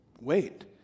Wait